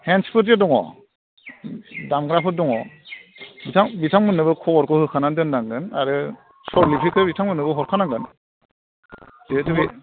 हेन्डसफोरजे दङ दामग्राफोर दङ बिथां बिथांमोननोबो खबरखौ होखानानै दोननांगोन आरो सल' लिरगिरिफोरखौ बिथांमोननोबो हरखानांगोन जिहेतु बे